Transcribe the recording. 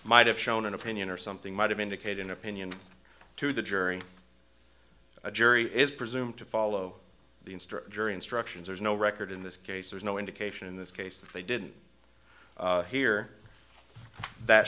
might have shown an opinion or something might have indicated an opinion to the jury a jury is presumed to follow the instructor instructions there's no record in this case there's no indication in this case that they didn't hear that